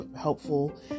helpful